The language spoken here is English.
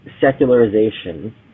secularization